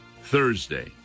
Thursday